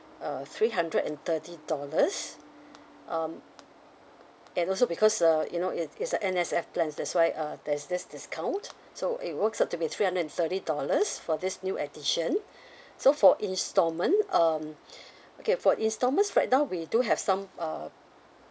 uh three hundred and thirty dollars um and also because uh you know it~ it's a N_S_F plan that's why uh there's this discount so it works out to be three hundred and thirty dollars for this new edition so for installment um okay for installment right now we do have some uh